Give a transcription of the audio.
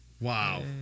wow